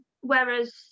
whereas